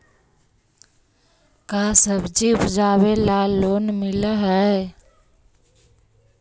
का सब्जी उपजाबेला लोन मिलै हई?